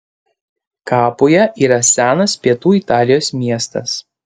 kapuja yra senas pietų italijos miestas